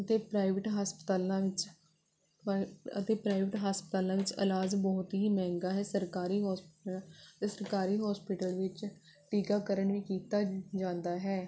ਅਤੇ ਪ੍ਰਾਈਵੇਟ ਹਸਪਤਾਲਾਂ ਵਿੱਚ ਪ੍ਰ ਅਤੇ ਪ੍ਰਾਈਵੇਟ ਹਸਪਤਾਲਾਂ ਵਿੱਚ ਇਲਾਜ ਬਹੁਤ ਹੀ ਮਹਿੰਗਾ ਹੈ ਸਰਕਾਰੀ ਹੋਸਪੀਟਲ ਸਰਕਾਰੀ ਹੋਸਪੀਟਲ ਵਿੱਚ ਟੀਕਾਕਰਨ ਵੀ ਕੀਤਾ ਜਾਂਦਾ ਹੈ